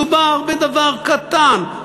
מדובר בדבר קטן,